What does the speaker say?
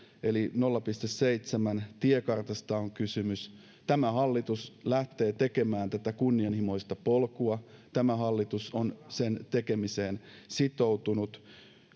eli nolla pilkku seitsemän tiekartasta on kysymys tämä hallitus lähtee tekemään tätä kunnianhimoista polkua tämä hallitus on sen tekemiseen sitoutunut